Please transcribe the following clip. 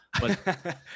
but-